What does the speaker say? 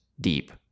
deep